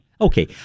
Okay